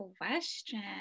question